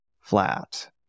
flat